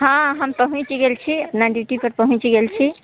हँ हम पहुँचि गेल छी अपना ड्यूटीपर पहुँचि गेल छी